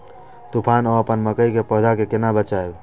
तुफान है अपन मकई के पौधा के केना बचायब?